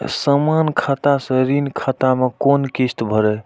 समान खाता से ऋण खाता मैं कोना किस्त भैर?